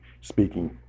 speaking